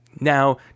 Now